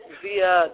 via